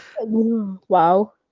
wow